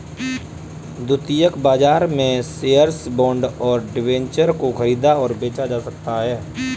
द्वितीयक बाजार में शेअर्स, बॉन्ड और डिबेंचर को ख़रीदा और बेचा जाता है